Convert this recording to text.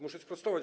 Muszę sprostować.